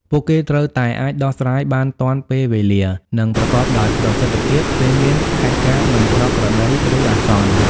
ពួកគេត្រូវតែអាចដោះស្រាយបានទាន់ពេលវេលា និងប្រកបដោយប្រសិទ្ធភាព ពេលមានហេតុការណ៍មិនប្រក្រតី ឬអាសន្ន។